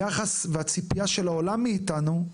היחס והציפיה של העולם מאיתנו,